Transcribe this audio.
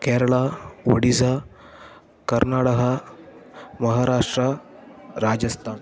Kerala Odisha Karnataka Maharashtra Rajasthan